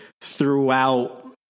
throughout